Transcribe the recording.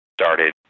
started